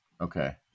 Okay